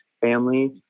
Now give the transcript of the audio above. families